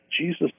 Jesus